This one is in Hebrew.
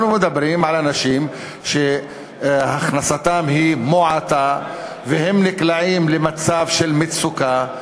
אנחנו מדברים על אנשים שהכנסתם מועטה שנקלעים למצב של מצוקה.